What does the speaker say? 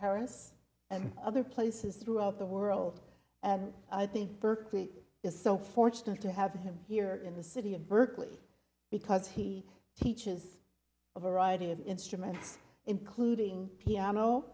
ts and other places throughout the world i think berkeley is so fortunate to have him here in the city of berkeley because he teaches a variety of instruments including piano